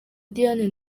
diane